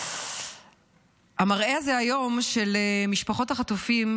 המראה הזה היום של משפחות החטופים,